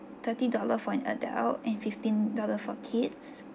thirty dollar for an adult and fifteen dollar for kids